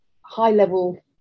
high-level